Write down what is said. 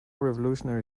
revolutionary